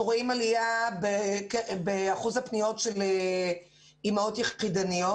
אנחנו רואים עלייה באחוז הפניות של אימהות יחידניות